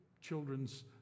Children's